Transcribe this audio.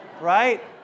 right